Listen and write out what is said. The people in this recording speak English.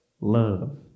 Love